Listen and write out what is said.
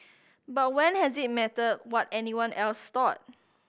but when has it mattered what anyone else thought